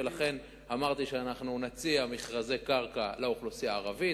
ולכן אמרתי שנציע מכרזי קרקע לאוכלוסייה הערבית.